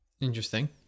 interesting